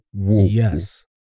Yes